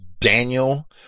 Daniel